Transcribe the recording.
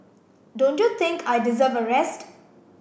don't you think I deserve a rest